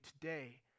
today